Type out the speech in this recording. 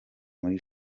muri